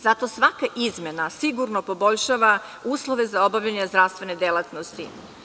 Zato svaka izmena sigurno poboljšava uslove za obavljanje zdravstvene delatnosti.